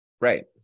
right